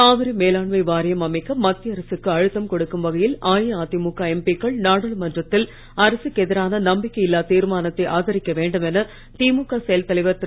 காவிரி மேலாண்மை வாரியம் அமைக்க மத்திய அரசுக்கு அழுத்தம் கொடுக்கும் வகையில் அஇஅதிமுக எம்பிக்கள் நாடாளுமன்றத்தில் அரசுக்கு எதிரான நம்பிக்கை இல்லாத் தீர்மானத்தை ஆதரிக்க வேண்டும் என திமுக செயல் தலைவர் திரு